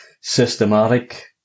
systematic